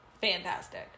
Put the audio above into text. fantastic